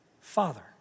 father